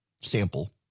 sample